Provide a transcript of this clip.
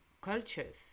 cultures